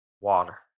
water